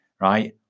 right